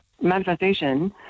manifestation